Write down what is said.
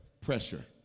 Pressure